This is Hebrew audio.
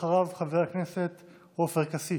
אחריו, חבר הכנסת עופר כסיף.